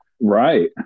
Right